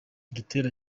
gitera